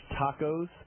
tacos